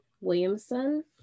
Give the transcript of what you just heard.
williamson